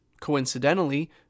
coincidentally